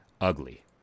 ugly